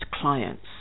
clients